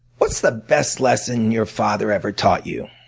what's the best lesson your father ever taught you?